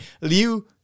Liu